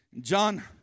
John